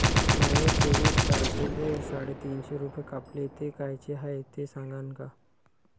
माये चोवीस तारखेले साडेतीनशे रूपे कापले, ते कायचे हाय ते सांगान का?